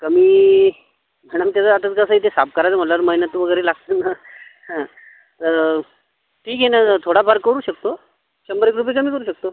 कमी मॅडम त्याचं आताचं कसं आहे ते साफ करायचं म्हटल्यावर मेहनत वगैरे लागते ना हं तर ठीक आहे ना थोडंफार करू शकतो शंभर एक रुपये कमी करू शकतो